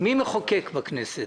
- מי מחוקק בכנסת,